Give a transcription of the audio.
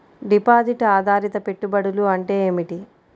Deposit ఆధారిత పెట్టుబడులు అంటే ఏమిటి?